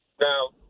Now –